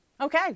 Okay